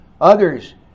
Others